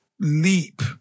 leap